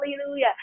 Hallelujah